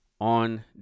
on